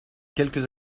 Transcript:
quelques